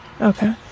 Okay